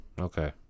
Okay